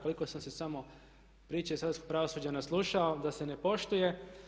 Koliko sam se samo priče iz hrvatskog pravosuđa naslušao da se ne poštuje.